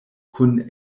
kun